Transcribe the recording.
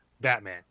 Batman